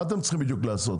מה אתם צריכים בדיוק לעשות?